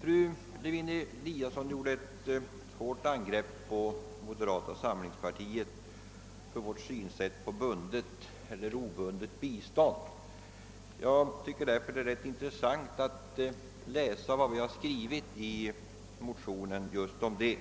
Fru Lewén-Eliasson gjorde ett hårt angrepp på oss inom moderata samlingspartiet för vår ståndpunkt till bun det eller obundet bistånd. Jag tycker därför att det kan ha sitt intresse att läsa upp vad vi skrivit i motionsparet 1: 310